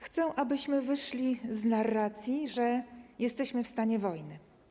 Chcę, abyśmy wyszli z narracji, że jesteśmy w stanie wojny.